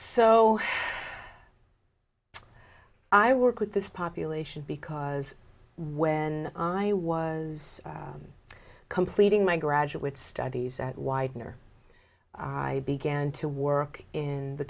so i work with this population because when i was completing my graduate studies at weidner i began to work in the